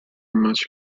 much